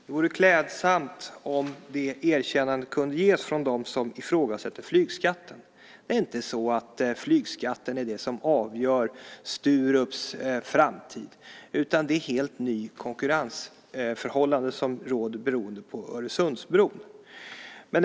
Det vore klädsamt om det erkännandet kunde ges från dem som ifrågasätter flygskatten. Det är inte flygskatten som avgör Sturups framtid utan det helt nya konkurrensförhållande som råder beroende på Öresundsbron.